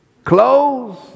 clothes